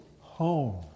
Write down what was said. home